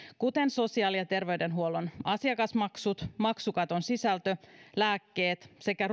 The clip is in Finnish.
kuten sosiaali ja terveydenhuollon asiakasmaksut maksukaton sisältö lääkkeet sekä